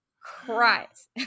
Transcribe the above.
cries